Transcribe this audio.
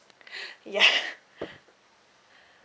yeah